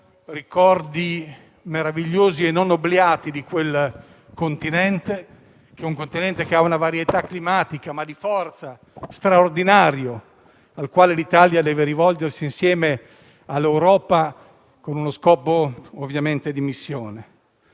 ricordi meravigliosi e non obliati di quel continente, che ha una varietà climatica e una forza straordinaria, al quale l'Italia deve rivolgersi, insieme all'Europa, con uno scopo di missione.